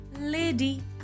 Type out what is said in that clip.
lady